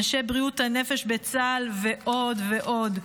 אנשי בריאות הנפש בצה"ל ועוד ועוד,